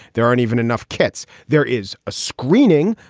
there aren't even enough kits. there is a screening.